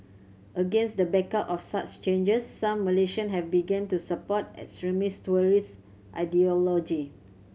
against the backdrop of such changes some Malaysian have begun to support extremist terrorist ideology